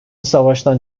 savaştan